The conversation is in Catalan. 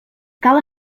cal